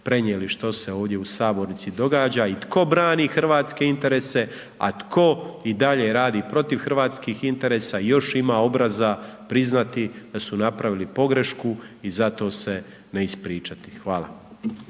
prenijeli što se ovdje u sabornici događa i tko brani hrvatske interese, a tko i dalje radi protiv hrvatskih interesa i još ima obraza priznati da su napravili pogrešku i za to se ne ispričati. Hvala.